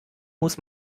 muss